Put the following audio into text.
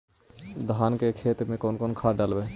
धान के खेत में कौन खाद डालबै?